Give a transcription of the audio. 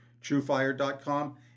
truefire.com